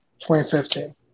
2015